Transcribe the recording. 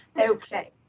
Okay